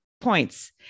points